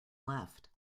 left